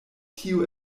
tio